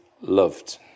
loved